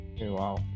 wow